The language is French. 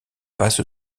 passe